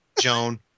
Joan